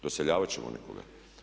Doseljavat ćemo nekoga?